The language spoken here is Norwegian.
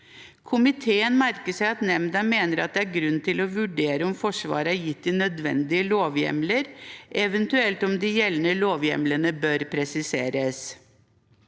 Komiteen merker seg at nemnda mener at det er grunn til å vurdere om Forsvaret er gitt de nødvendige lovhjemler, eventuelt om de gjeldende lovhjemlene bør presiseres.